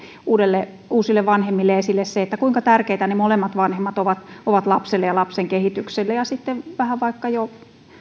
uusille vanhemmille esille se kuinka tärkeitä molemmat vanhemmat ovat ovat lapselle ja lapsen kehitykselle ja sitten vaikka vähän jo